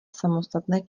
samostatné